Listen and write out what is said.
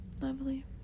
lovely